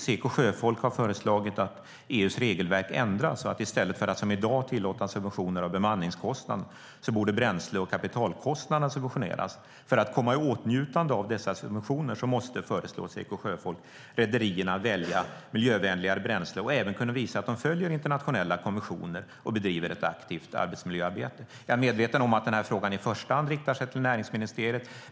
Seko sjöfolk har föreslagit att EU:s regelverk ändras: I stället för att som i dag tillåta subventioner av bemanningskostnaden borde bränsle och kapitalkostnader subventioneras. För att komma i åtnjutande av dessa subventioner måste, föreslår Seko sjöfolk, rederierna välja miljövänligare bränsle och även kunna visa att de följer internationella konventioner och bedriver ett aktivt arbetsmiljöarbete. Jag är medveten om att den här frågan i första hand riktar sig till näringsministeriet.